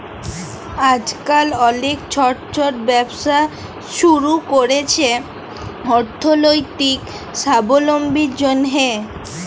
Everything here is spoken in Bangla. আইজকাল অলেক ছট ছট ব্যবসা ছুরু ক্যরছে অথ্থলৈতিক সাবলম্বীর জ্যনহে